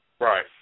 Right